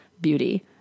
beauty